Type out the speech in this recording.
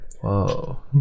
Whoa